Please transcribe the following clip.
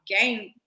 game